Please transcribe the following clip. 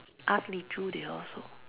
ask Li Choo they all also